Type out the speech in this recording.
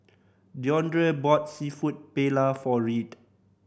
Deondre bought Seafood Paella for Reed